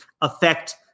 affect